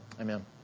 Amen